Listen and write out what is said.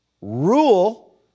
Rule